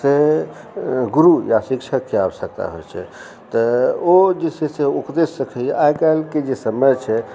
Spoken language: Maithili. से गुरु या शिक्षकके आवश्यकता होइ छै तऽ ओ जे छै से ओकरेसँ सिखैयै आइ काल्हिके जे समय छै